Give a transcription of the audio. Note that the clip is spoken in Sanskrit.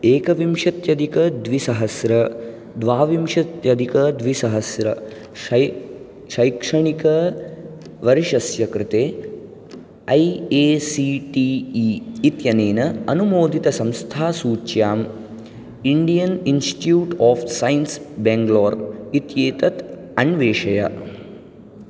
एकविंशत्यधिकद्विसहस्र द्वाविंशत्यधिकद्विसहस्र शै शैक्षणिकवर्षस्य कृते A A C T E इत्यनेन अनुमोदितसंस्थासूच्यां Indian Institute of Science Bangalore इत्येतत् अन्वेषय